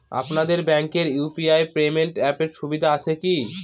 আপনাদের ব্যাঙ্কে UPI payment অ্যাপের সুবিধা আছে কি?